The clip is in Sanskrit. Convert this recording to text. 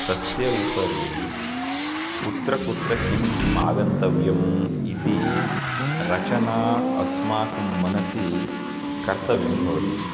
तस्य उपरि कुत्र कुत्र किं किम् आगन्तव्यम् इति रचना अस्माकं मनसि कर्तव्यं भवति